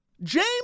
James